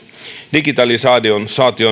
digitalisaation